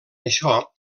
això